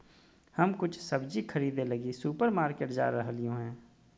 हम कुछ सब्जि खरीदे लगी सुपरमार्केट जा रहलियो हें